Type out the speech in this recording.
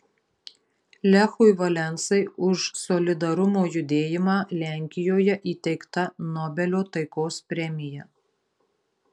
lechui valensai už solidarumo judėjimą lenkijoje įteikta nobelio taikos premija